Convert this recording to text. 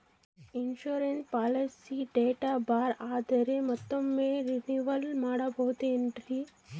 Insurance policy date ಬಾರ್ ಆದರೆ ಮತ್ತೊಮ್ಮೆ ರಿನಿವಲ್ ಮಾಡಿಸಬಹುದೇ ಏನ್ರಿ?